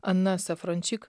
ana safrončik